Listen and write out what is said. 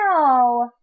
No